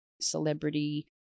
celebrity